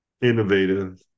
innovative